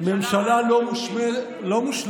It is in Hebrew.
ממשלה לא מושלמת,